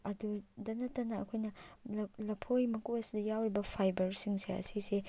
ꯑꯗꯨꯇ ꯅꯠꯇꯅ ꯑꯩꯈꯣꯏꯅ ꯂꯐꯣꯏ ꯃꯀꯨ ꯑꯁꯤꯗ ꯌꯥꯎꯔꯤꯕ ꯐꯥꯏꯕꯔꯁꯤꯡꯁꯦ ꯑꯁꯤꯁꯦ